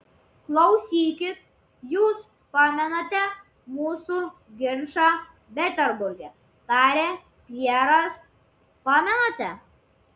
klausykit jus pamenate mūsų ginčą peterburge tarė pjeras pamenate